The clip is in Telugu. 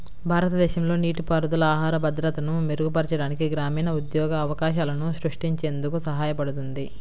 భారతదేశంలో నీటిపారుదల ఆహార భద్రతను మెరుగుపరచడానికి, గ్రామీణ ఉద్యోగ అవకాశాలను సృష్టించేందుకు సహాయపడుతుంది